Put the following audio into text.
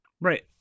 Right